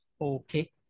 Okay